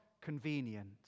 convenient